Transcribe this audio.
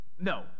No